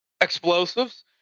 explosives